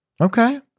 okay